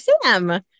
Sam